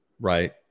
right